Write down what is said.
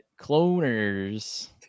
cloners